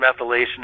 methylation